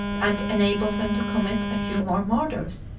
and enable them to commit a few more murders,